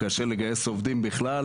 קשה לגייס עובדים בכלל,